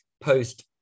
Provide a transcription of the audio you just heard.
post